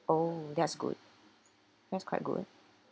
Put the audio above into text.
oh that's good that's quite good